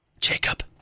Jacob